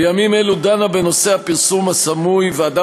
בימים אלו דנה בנושא הפרסום הסמוי ועדה